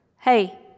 Hey